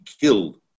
killed